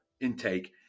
intake